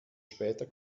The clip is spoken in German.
später